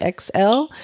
XL